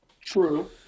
True